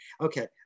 Okay